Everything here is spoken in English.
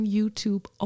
YouTube